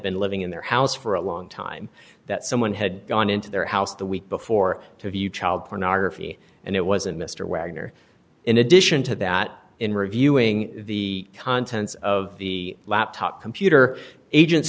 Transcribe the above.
been living in their house for a long time that someone had gone into their house the week before to view child pornography and it wasn't mr wagner in addition to that in reviewing the contents of the laptop computer agents